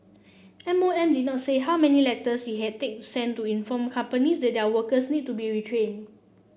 M O M did not say how many letters it had did sent to inform companies that their workers needed to be retrained